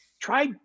Try